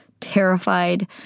terrified